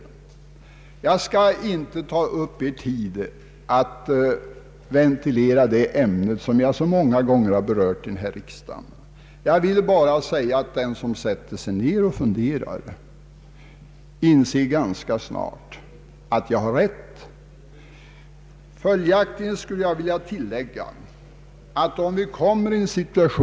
Jag skall emellertid inte ta upp er tid med att ventilera det ämnet, som jag så många gånger har berört här i riksdagen. Den som sätter sig ned och funderar över dessa ting skall ganska snart inse att jag har rätt.